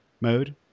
mode